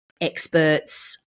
experts